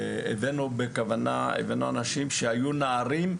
הבאנו אנשים שהיו נערים,